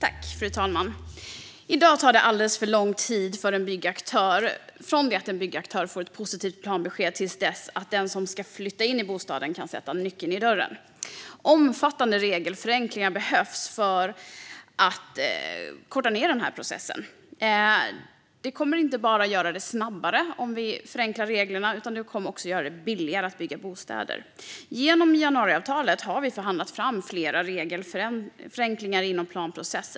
Fru talman! I dag tar det alldeles för lång tid från det att en byggaktör får ett positivt planbesked till dess att den som ska flytta in i bostaden kan sätta nyckeln i dörren. Omfattande regelförenklingar behövs för att korta ned den här processen. Om vi förenklar reglerna kommer det inte bara att göra processerna snabbare, utan det kommer också att göra det billigare att bygga bostäder. Genom januariavtalet har vi förhandlat fram flera regelförenklingar inom planprocessen.